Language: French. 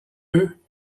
eux